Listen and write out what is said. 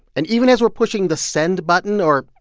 and even as we're pushing the send button or,